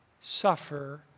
suffer